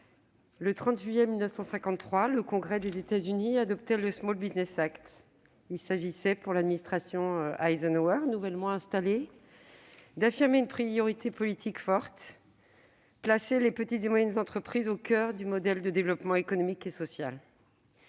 le 30 juillet 1953, le Congrès des États-Unis adoptait le. Il s'agissait, pour l'administration Eisenhower nouvellement installée, d'affirmer une priorité politique forte : placer les petites et moyennes entreprises au coeur du modèle de développement économique et social.